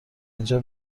اینجا